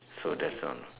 so that's all